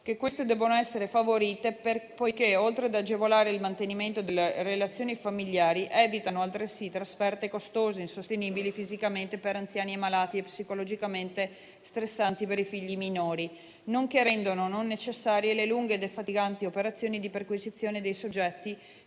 che queste devono essere favorite poiché, oltre ad agevolare il mantenimento delle relazioni familiari, evitano altresì trasferte costose e insostenibili fisicamente per anziani e malati e psicologicamente stressanti per i figli minori, nonché rendono non necessarie le lunghe e defatiganti operazioni di perquisizione dei soggetti